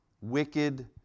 wicked